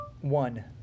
One